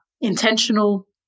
intentional